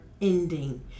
ending